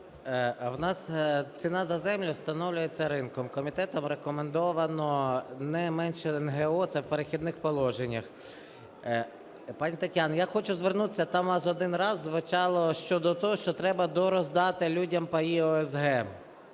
у нас ціна за землю встановлюється ринком. Комітетом рекомендовано не менше НГО, це в "Перехідних положеннях". Пані Тетяно, я хочу звернутися. Там у вас один раз звучало щодо того, що треба дороздати людям паї ОСГ.